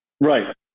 Right